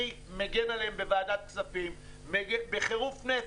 אני מגן עליהם בוועדת כספים בחירוף נפש.